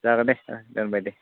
जागोन दे दोनबाय दे